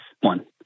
one